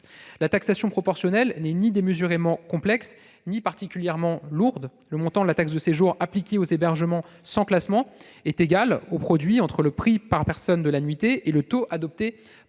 La taxation proportionnelle n'est ni démesurément complexe ni particulièrement lourde. Le montant de la taxe de séjour appliquée aux hébergements sans classement est égal au produit entre le prix par personne de la nuitée et le taux adopté par